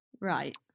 right